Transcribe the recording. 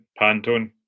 Pantone